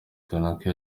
kanaka